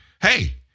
hey